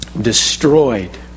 destroyed